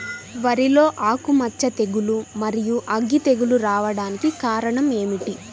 వరిలో ఆకుమచ్చ తెగులు, మరియు అగ్గి తెగులు రావడానికి కారణం ఏమిటి?